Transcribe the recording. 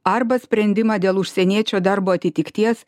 arba sprendimą dėl užsieniečio darbo atitikties